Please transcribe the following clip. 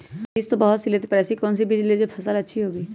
बीज तो बहुत सी लेते हैं पर ऐसी कौन सी बिज जिससे फसल अच्छी होगी?